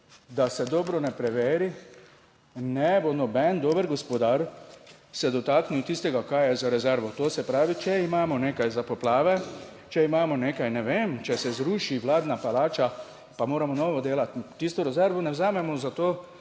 da se dobro ne preveri, ne bo noben dober gospodar se dotaknil tistega, kar je za rezervo. To se pravi, če imamo nekaj za poplave, če imamo nekaj, ne vem, če se zruši vladna palača, pa moramo novo delati, tisto rezervo ne vzamemo zato,